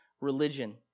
religion